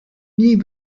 nie